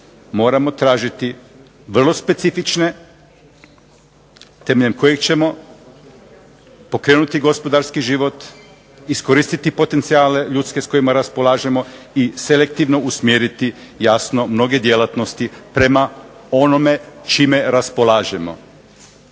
moramo tražiti vrlo specifične temeljem kojih ćemo pokrenuti gospodarski život, iskoristiti potencijale ljudske s kojima raspolažemo i selektivno usmjeriti jasno mnoge djelatnosti prema onome čime raspolažemo.